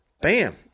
Bam